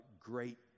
great